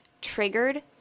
triggered